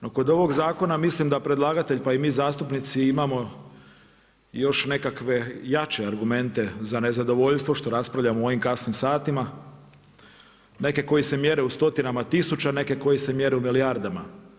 No, kod ovog zakona mislim da predlagatelj, pa i mi zastupnici imamo još nekakve jače argumente za nezadovoljstvo što raspravljamo u ovim kasnim satima, neke koji se mjere u stotinama tisuća, neke koji se mjere u milijardama.